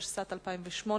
התשס"ט 2008,